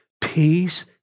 peace